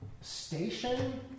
station